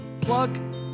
Plug